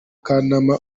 kanama